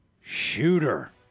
Shooter